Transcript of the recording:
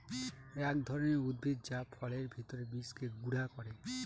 এক ধরনের উদ্ভিদ যা ফলের ভেতর বীজকে গুঁড়া করে